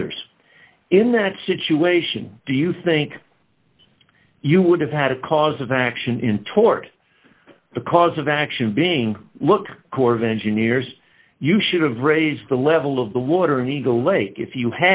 others in that situation do you think you would have had a cause of action in toward the cause of action being look corps of engineers you should have raised the level of the water in eagle lake if you